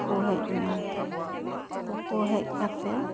ᱛᱩᱯᱩ ᱦᱮᱡ ᱮᱱᱟ ᱛᱩᱯᱩ ᱦᱮᱡ ᱠᱟᱛᱮᱜ